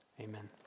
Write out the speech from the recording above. Amen